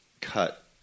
cut